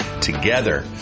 Together